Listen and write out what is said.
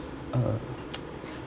uh